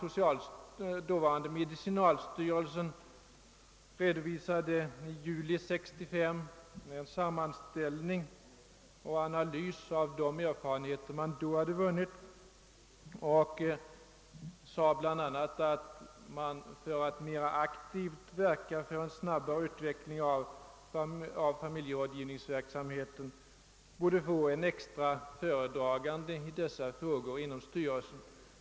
Dåvarande medicinalstyrelsen redovisade i juli 1965 en sammanställning och analys av de erfarenheter som vunnits och sade därvid bl.a. att man, för att mera aktivt kunna verka för en snabbare utveckling av familjerådgivningsverksamheten, borde få en extra föredragande för dessa frågor in om styrelsen.